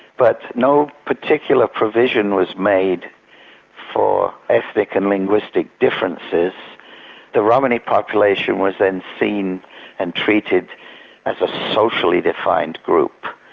but no particular provision was made for ethnic and linguistic differences the romany population was then seen and treated as a socially defined group,